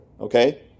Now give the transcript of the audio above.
Okay